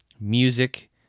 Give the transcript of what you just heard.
music